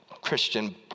Christian